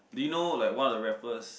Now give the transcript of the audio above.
did you know like one of the rappers